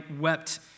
wept